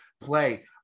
play